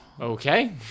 Okay